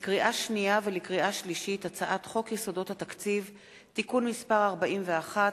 לקריאה שנייה ולקריאה שלישית: הצעת חוק יסודות התקציב (תיקון מס' 41),